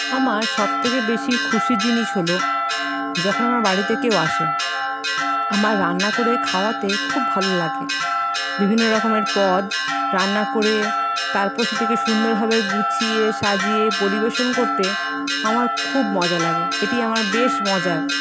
আমার সব থেকে বেশি খুশির জিনিস হল যখন আমার বাড়িতে কেউ আসে আমার রান্না করে খাওয়াতে খুব ভালো লাগে বিভিন্ন রকমের পদ রান্না করে তারপর সেটাকে সুন্দরভাবে গুছিয়ে সাজিয়ে পরিবেশন করতে আমার খুব মজা লাগে এটি আমার বেশ মজা